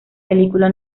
película